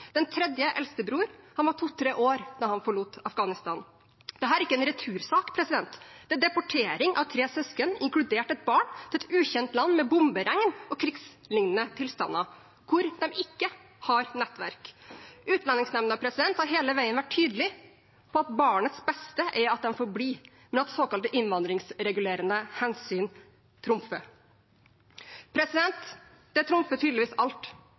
Den tredje, eldstebror, var to–tre år da han forlot Afghanistan. Dette er ikke en retursak. Det er deportering av tre søsken, inkludert et barn, til et ukjent land med bomberegn og krigslignende tilstander, hvor de ikke har nettverk. Utlendingsnemnda har hele veien vært tydelig på at barnets beste er at de får bli, men at såkalte innvandringsregulerende hensyn trumfer. Det trumfer tydeligvis alt.